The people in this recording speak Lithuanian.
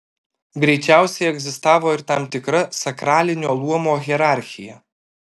greičiausiai egzistavo ir tam tikra sakralinio luomo hierarchija